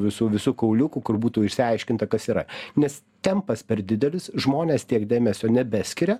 visų visų kauliukų kur būtų išsiaiškinta kas yra nes tempas per didelis žmonės tiek dėmesio nebeskiria